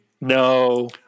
No